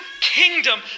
kingdom